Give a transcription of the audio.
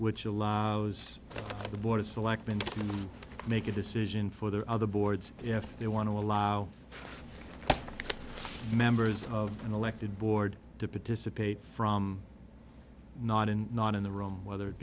which allows the board of selectmen make a decision for their other boards if they want to allow members of an elected board to participate from not in not in the room whether it